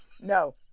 No